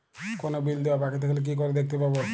কোনো বিল দেওয়া বাকী থাকলে কি করে দেখতে পাবো?